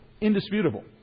indisputable